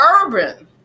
urban